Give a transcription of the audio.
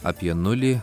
apie nulį